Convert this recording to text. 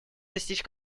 достичь